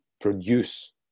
produce